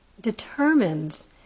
determines